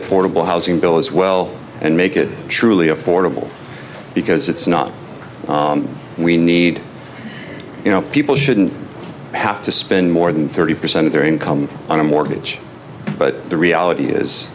affordable housing bill as well and make it truly affordable because it's not we need you know people shouldn't have to spend more than thirty percent of their income on a mortgage but the reality is